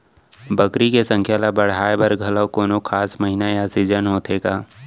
बकरी के संख्या ला बढ़ाए बर घलव कोनो खास महीना या सीजन होथे का?